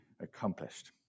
accomplished